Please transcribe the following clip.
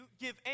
give